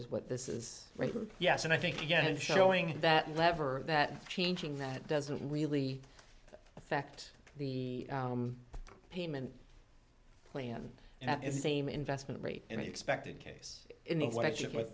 is what this is yes and i think again showing that lever that changing that doesn't really affect the payment plan and that is the same investment rate in the expected case in the w